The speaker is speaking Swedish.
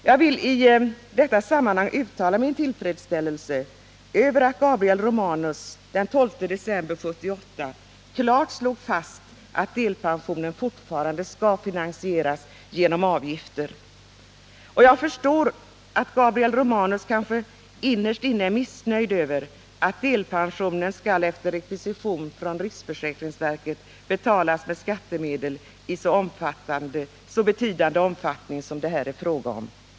Jag vill i detta sammanhang uttala min tillfredsställelse över att Gabriel Romanus den 12 december 1978 klart slog fast att delpensionerna fortfarande skall finansieras genom avgifter. Jag förstår att Gabriel Romanus kanske innerst inne är missnöjd över att delpensionerna efter rekvisition från riksförsäkringsverket skall betalas med skattemedel i så betydande omfattning som det här är fråga om.